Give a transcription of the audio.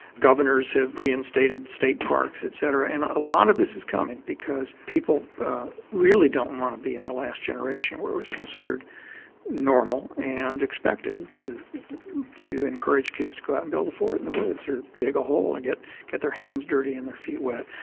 governors have reinstated state parks et cetera, and a lot of this has come in because people really don't want to be in the last generation where it was considered normal and expected to to encourage kids to go out and built a fort in the woods or dig a hole and get get their hands dirty and their feet wet.